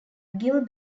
gil